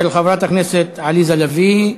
של חברת הכנסת עליזה לביא,